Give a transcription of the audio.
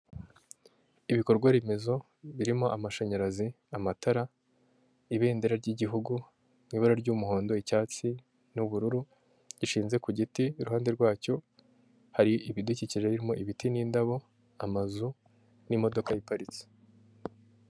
Ibikorwaremezo birimo amashanyarazi, amatara, ibendera ry'igihugu, ibara ry'umuhondo, icyatsi, n'ubururu, gishinze ku giti, iruhande rwacyo hari ibidukije, birimo ibiti n'indabo, amazu n'imodoka iparitse.